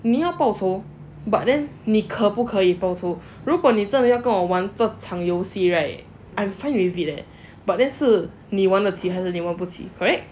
你要报仇 but then 你可不可以报仇如果你真的要跟我玩这种游戏 right I'm fine with it leh but then 是你玩得起还是玩不起 correct